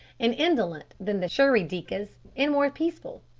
and indolent than the shirry-dikas, and more peaceful.